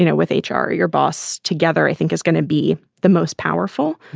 you know with h r, your boss together, i think is going to be the most powerful.